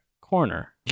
corner